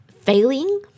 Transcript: failing